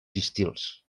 pistils